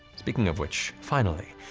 speaking of which, finally,